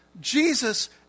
Jesus